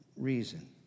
Reason